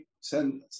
send